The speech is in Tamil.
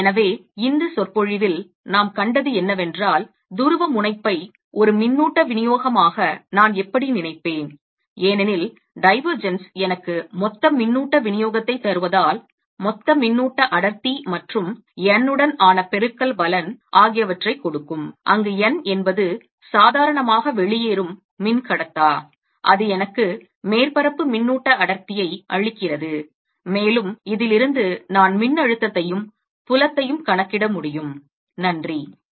எனவே இந்த சொற்பொழிவில் நாம் கண்டது என்னவென்றால் துருவமுனைப்பை ஒரு மின்னூட்ட விநியோகமாக நான் எப்படி நினைப்பேன் ஏனெனில் divergence எனக்கு மொத்த மின்னூட்ட விநியோகத்தைத் தருவதால் மொத்த மின்னூட்ட அடர்த்தி மற்றும் n உடன் ஆன பெருக்கல் பலன் ஆகியவற்றைக் கொடுக்கும் அங்கு n என்பது சாதாரணமாக வெளியேறும் மின்கடத்தா அது எனக்கு மேற்பரப்பு மின்னூட்ட அடர்த்தியை அளிக்கிறது மேலும் இதிலிருந்து நான் மின்னழுத்தத்தையும் புலத்தையும் கணக்கிட முடியும்